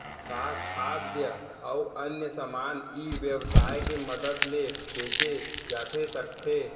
का खाद्य अऊ अन्य समान ई व्यवसाय के मदद ले बेचे जाथे सकथे?